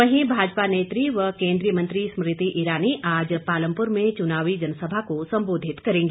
वहीं भाजपा नेत्री व केंद्रीय मंत्री स्मृति ईरानी आज पालमपुर में चुनावी जनसभा को संबोधित करेंगी